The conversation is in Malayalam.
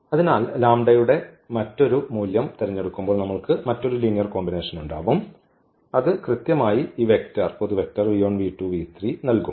അതിനാൽ ലാംഡയുടെ മറ്റൊരു മൂല്യം തിരഞ്ഞെടുക്കുമ്പോൾ നമ്മൾക്ക് മറ്റൊരു ലീനിയർ കോമ്പിനേഷൻ ഉണ്ടാവും അത് കൃത്യമായി ഈ വെക്റ്റർ നൽകും